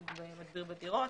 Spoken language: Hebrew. של מדביר בדירות,